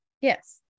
yes